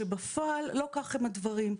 כשבפועל לא כך הם הדברים.